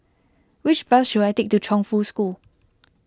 which bus should I take to Chongfu School